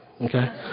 okay